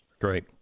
Great